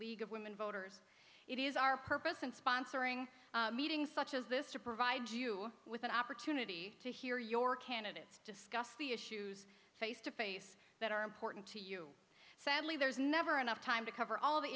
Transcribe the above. league of women voters it is our purpose in sponsoring meetings such as this to provide you with an opportunity to hear your candidates discuss the issues face to face that are important to you sadly there is never enough time to cover all